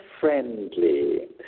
friendly